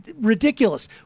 ridiculous